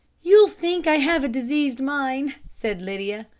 you'll think i have a diseased mind, said lydia,